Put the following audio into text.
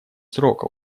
срока